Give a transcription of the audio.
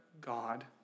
God